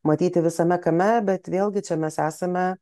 matyti visame kame bet vėlgi čia mes esame